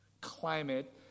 climate